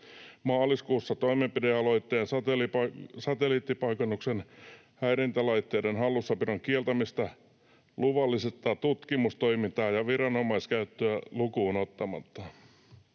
maaliskuussa toimenpidealoitteen satelliittipaikannuksen häirintälaitteiden hallussapidon kieltämisestä luvallista tutkimustoimintaa ja viranomaiskäyttöä lukuun ottamatta.